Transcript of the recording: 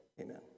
amen